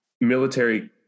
military